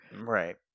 Right